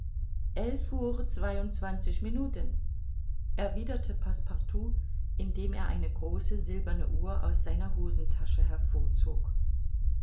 minuten erwiderte passepartout indem er eine große silberne uhr aus seiner hosentasche hervorzog